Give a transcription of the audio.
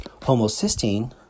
Homocysteine